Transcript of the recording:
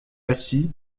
assis